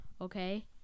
okay